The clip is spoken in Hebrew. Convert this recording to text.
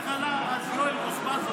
איך אמר אז יואל רוזבוזוב,